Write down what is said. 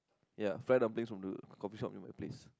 ya fried dumplings from the coffee shop near my place